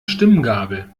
stimmgabel